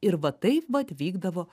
ir va taip vat vykdavo